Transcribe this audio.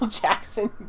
Jackson